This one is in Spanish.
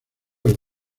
los